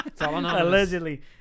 allegedly